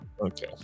Okay